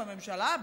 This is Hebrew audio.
בממשלה,